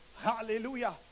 Hallelujah